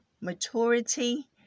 maturity